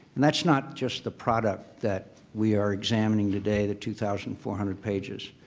and that's not just the product that we are examining today, the two thousand four hundred pages,